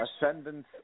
ascendance